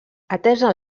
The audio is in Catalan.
atesa